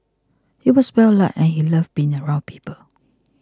he was well liked and he loved being around people